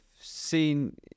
seen